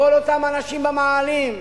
כל אותם אנשים במאהלים,